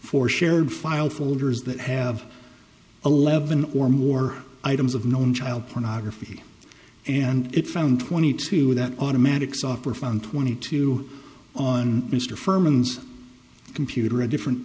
for shared file folders that have eleven or more items of known child pornography and it found twenty two that automatic software found twenty two on mr firm's computer a different